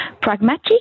pragmatic